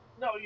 No